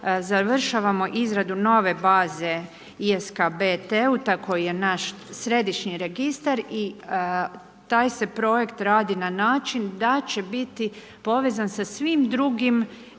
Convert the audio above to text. .../Govornik se ne razumije./...tako je naš središnji registar i taj se projekt radi na način da će biti povezan sa svim drugim